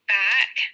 back